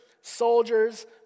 Soldiers